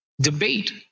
Debate